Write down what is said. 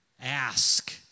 Ask